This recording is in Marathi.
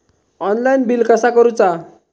ऑनलाइन बिल कसा करुचा?